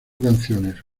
canciones